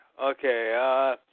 Okay